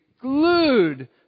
glued